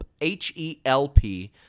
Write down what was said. H-E-L-P